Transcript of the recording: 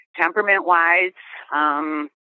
temperament-wise